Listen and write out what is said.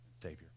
Savior